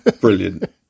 Brilliant